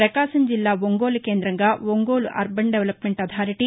ప్రకాశం జిల్లా ఒంగోలు కేంద్రంగా Ongole urban development authority ఒ